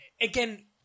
again